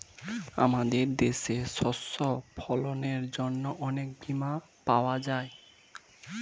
আমাদের দেশে শস্য ফসলের জন্য অনেক বীমা পাওয়া যায়